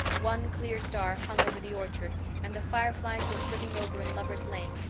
one clear star hung over the orchard and the fireflies were flitting over in lover's lane,